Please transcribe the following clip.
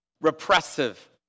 Repressive